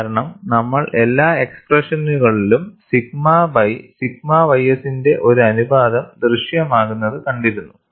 കാരണം നമ്മൾ എല്ലാ എക്സ്പ്രെഷനുകളിലും സിഗ്മ ബൈ സിഗ്മ ys ന്റെ ഒരു അനുപാതം ദൃശ്യമാകുന്നത് കണ്ടിരുന്നു